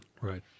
Right